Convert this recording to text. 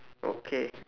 okay